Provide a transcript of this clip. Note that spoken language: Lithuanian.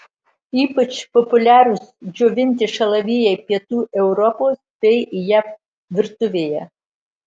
ypač populiarūs džiovinti šalavijai pietų europos bei jav virtuvėje